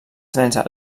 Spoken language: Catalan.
trens